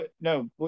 No